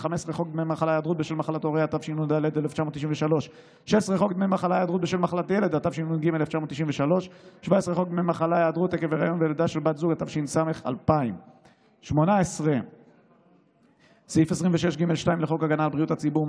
15. חוק דמי מחלה (היעדרות בשל מחלת הורה),